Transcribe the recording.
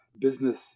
business